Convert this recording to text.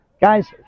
Guys